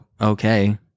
okay